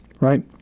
right